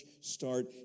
start